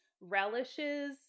relishes